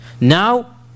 now